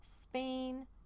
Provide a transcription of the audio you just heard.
Spain